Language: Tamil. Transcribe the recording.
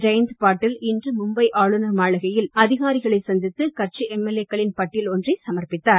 ஜெயந்த் பாட்டீல் இன்று மும்பை ஆளுநர் மாளிகையில் அதிகாரிகளை சந்தித்து கட்சி எம்எல்ஏக்களின் பட்டியல் ஒன்றை சமர்ப்பித்தார்